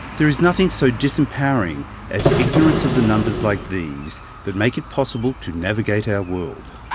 there is nothing so disempowering as ignorance of the numbers like these that make it possible to navigate our world.